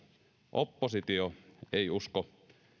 oppositio ei usko